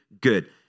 good